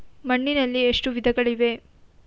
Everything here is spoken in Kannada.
ಮಣ್ಣಿನಲ್ಲಿ ಎಷ್ಟು ವಿಧಗಳಿವೆ?